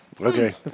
Okay